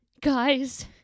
guys